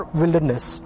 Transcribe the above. wilderness